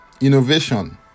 innovation